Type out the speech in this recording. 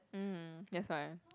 mm that's why